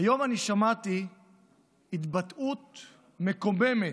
היום אני שמעתי התבטאות מקוממת,